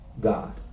God